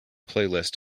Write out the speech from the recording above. playlist